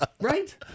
Right